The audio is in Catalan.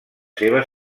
seva